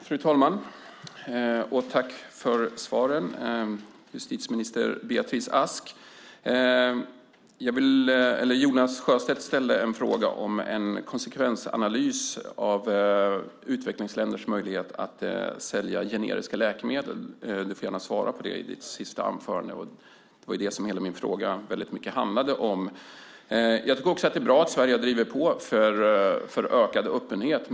Fru talman! Tack för svaren, justitieminister Beatrice Ask! Jonas Sjöstedt ställde en fråga om en konsekvensanalys av utvecklingsländers möjlighet att sälja generiska läkemedel. Du får gärna svara på det i ditt sista anförande. Det var det som hela min fråga väldigt mycket handlade om. Det är bra att Sverige har drivit på för ökad öppenhet.